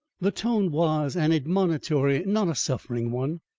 the tone was an admonitory, not a suffering one.